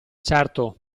certo